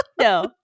no